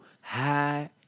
high